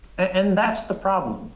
and that's the problem.